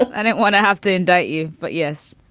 i don't want to have to indict you. but yes